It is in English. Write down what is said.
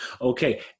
Okay